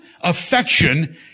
affection